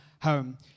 home